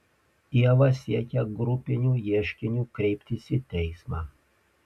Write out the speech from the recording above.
ieva siekia grupiniu ieškiniu kreiptis į teismą